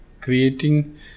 creating